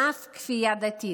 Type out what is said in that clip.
ואף כפייה דתית.